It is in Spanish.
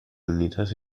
unidad